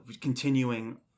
continuing